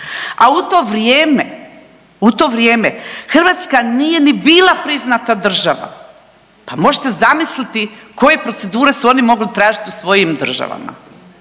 u to vrijeme Hrvatska nije ni bila priznata država, pa možete zamisliti koje procedure su oni mogli tražiti u svojim državama.